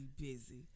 busy